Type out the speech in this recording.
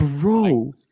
Bro